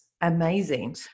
amazing